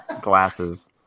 glasses